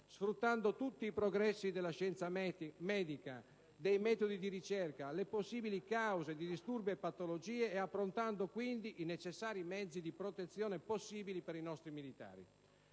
sfruttando tutti i progressi della scienza medica e dei metodi di ricerca - le possibili cause di disturbi e patologie, approntando quindi i necessari mezzi di protezione possibili per i nostri militari.